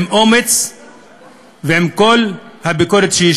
עם אומץ ועם כל הביקורת שיש,